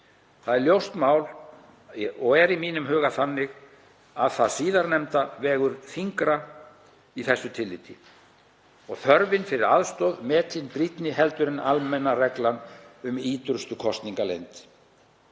Það er ljóst mál og er í mínum huga þannig að það síðarnefnda vegur þyngra í þessu tilliti og þörfin fyrir aðstoð metin brýnni heldur en almenna reglan um ýtrustu kosningaleynd.